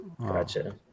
Gotcha